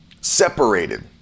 separated